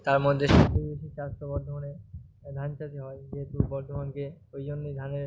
তার মধ্যে সবচেয়ে বেশি চাষ তো বর্ধমানে ধান চাষই হয় যেহেতু বর্ধমানকে ওই জন্যই ধানের